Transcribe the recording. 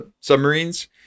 submarines